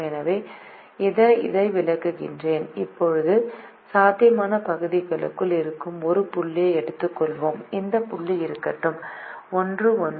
எனவே இதை விளக்குகிறேன் இப்போது சாத்தியமான பகுதிக்குள் இருக்கும் ஒரு புள்ளியை எடுத்துக்கொள்வோம் இந்த புள்ளி இருக்கட்டும் 1 1